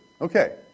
Okay